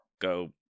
go